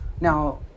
Now